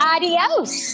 Adios